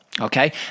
Okay